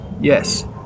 Yes